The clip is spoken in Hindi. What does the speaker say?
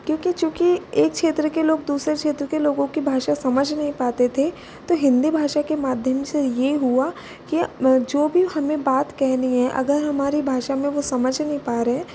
क्यूँकि चूंकि एक क्षेत्र के लोग दूसरे क्षेत्र के लोगों की भाषा समझ नहीं पाते थे तो हिंदी भाषा के माध्यम से ये हुआ के जो भी हमें बात कहनी है अगर हमारी भाषा में वो समझ नहीं पा रहे